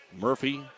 Murphy